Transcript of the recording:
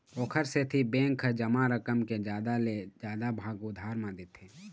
ओखर सेती बेंक ह जमा रकम के जादा ले जादा भाग उधार म देथे